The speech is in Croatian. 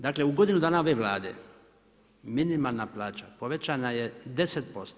Dakle, u godinu dana ove Vlade, minimalna plaća povećana je 10%